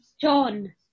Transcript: John